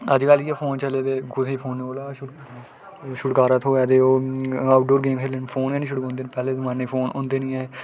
अजकल इ'यै फोन चले दे कुसै गी फोनै कोला छुटकारा थ्होऐ ते ओह् आऊटडोर गेम्मां खेल्लन फोन गै नेईं छुड़कोंदे पैह्ले जमानै गी फोन होंदे निं हे